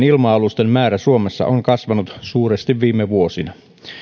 ilma alusten määrä suomessa on kasvanut suuresti viime vuosina